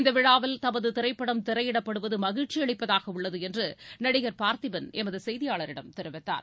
இந்த விழாவில் தமது திரைப்படம் திரையிடப்படுவது மகிழ்ச்சி அளிப்பதாக உள்ளது என்று நடிகர் பார்த்திபன் எமது செய்தியாளரிடம் தெரிவித்தார்